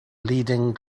leading